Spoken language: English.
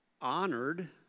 honored